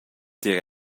tier